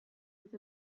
with